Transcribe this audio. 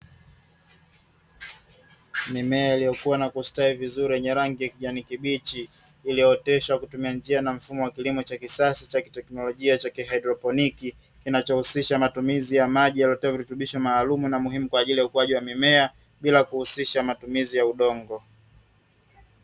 Mimea iliyokua na kustawi vizuri yenye rangi kijani kibichi, iliyooteshwa kwa kutumia njia na mfumo wa kilimo cha kisasa cha kiteknolojia cha kihaidroponi, kinachohusisha matumizi ya maji yaliyotiwa virutubisho maalumu na muhimu kwa ajili ya ukuaji wa mimea, bila kuhusisha matumizi ya udongo.